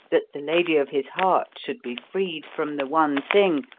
that the lady of his heart should be freed from the one thing,